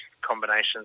combinations